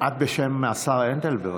בשם השר הנדל, בבקשה.